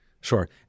Sure